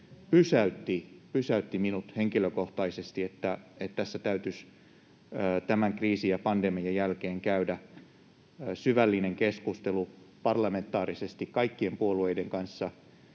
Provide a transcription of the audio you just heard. pysäytti minut henkilökohtaisesti. Tältä osin täytyisi tämän kriisin ja pandemian jälkeen käydä syvällinen keskustelu parlamentaarisesti kaikkien puolueiden kanssa